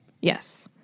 Yes